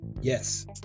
Yes